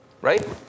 right